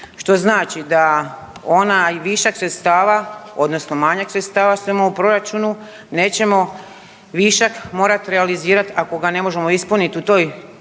što znači da onaj višak sredstava odnosno manjak sredstava .../Govornik se ne razumije./... u proračunu nećemo višak morati realizirati ako ga ne možemo ispuniti u toj